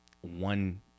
one